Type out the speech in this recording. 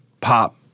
pop